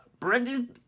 Brendan